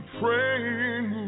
praying